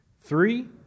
Three